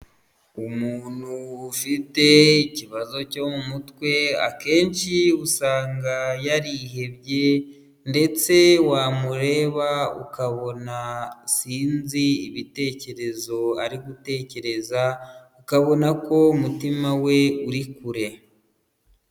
Umuntu ufite ikibazo cyo mu mutwe akenshi usanga yarihebye, ndetse wamureba ukabona sinzi ibitekerezo ari gutekereza; ukabona ko umutima we uri kure.